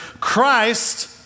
Christ